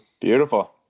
Beautiful